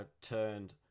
turned